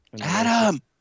Adam